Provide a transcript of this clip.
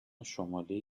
شمالی